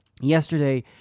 Yesterday